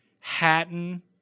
Hatton